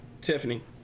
Tiffany